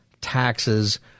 taxes